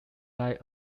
lie